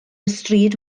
ystryd